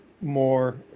more